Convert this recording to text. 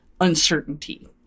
uncertainty